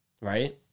Right